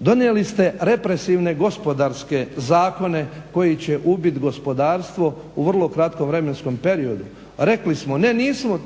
Donijeli ste represivne gospodarske zakone koji će ubiti gospodarstvo u vrlo krakom vremenskom periodi. Rekli smo,